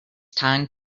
time